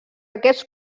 aquests